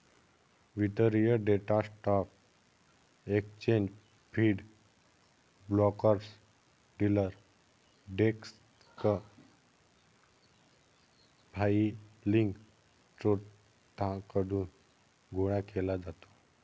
वितरित data stock exchange feed, brokers, dealer desk filing स्त्रोतांकडून गोळा केला जातो